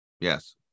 Yes